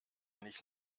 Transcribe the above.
nicht